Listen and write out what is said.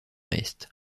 est